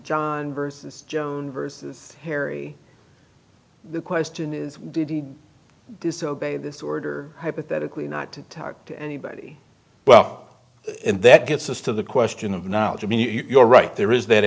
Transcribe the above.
john versus joe versus harry the question is did he disobeyed this order hypothetically not to talk to anybody well that gets us to the question of knowledge i mean you're right there is that